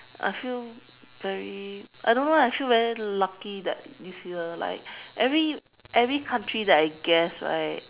I feel very I don't know I feel very lucky that like this year like every every country that I guess right